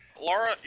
Laura